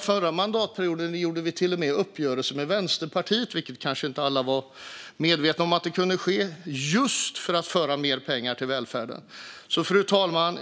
Förra mandatperioden gjorde vi till och med en uppgörelse med Vänsterpartiet - alla var kanske inte medvetna om att det kunde ske - just för att tillföra mer pengar till välfärden. Fru talman!